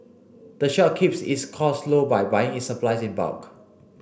the shop keeps its costs low by buying its supplies in bulk